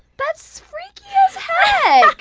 that's freaky as heck!